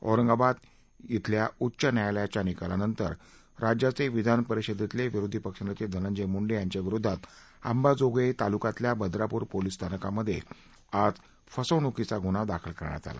औरंगाबाद धिल्या उच्च न्यायालयाच्या निकालानंतर राज्याचे विधान परिषदेतील विरोधी पक्षनेते धनंजय मुंडे यांच्याविरुद्ध अंबाजोगाई तालुक्यातील बर्दापूर पोलीस स्थानकांमध्ये आज फसवणुकीच्या गुन्हा दाखल करण्यात आला